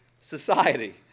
society